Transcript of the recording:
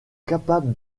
capable